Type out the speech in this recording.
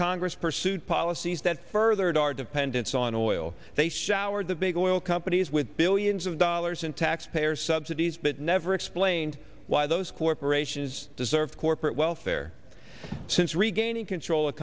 congress pursued policies that furthered our dependence on oil they showered the big oil companies with billions of dollars in taxpayer subsidies but never explained why those corporations deserve corporate welfare since regaining control of